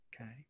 okay